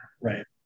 right